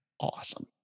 awesome